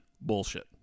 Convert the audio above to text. bullshit